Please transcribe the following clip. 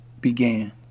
began